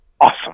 awesome